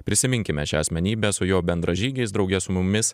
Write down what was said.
prisiminkime šią asmenybę su jo bendražygiais drauge su mumis